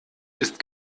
ist